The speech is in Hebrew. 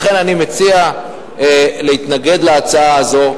לכן אני מציע להתנגד להצעה הזאת,